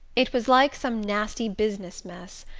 it was like some nasty business mess,